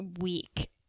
week